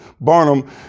Barnum